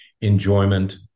enjoyment